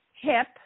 hip